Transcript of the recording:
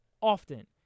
often